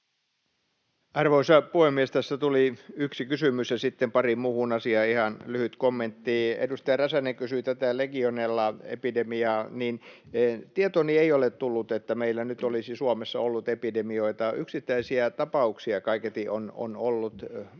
Arvoisa puhemies! Tässä tuli yksi kysymys; ja sitten pariin muuhun asiaan ihan lyhyt kommentti. Edustaja Räsänen kysyi Legionella-epidemiasta. Tietooni ei ole tullut, että meillä nyt olisi Suomessa ollut epidemioita. Yksittäisiä tapauksia kaiketi on ollut.